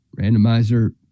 randomizer